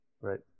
Right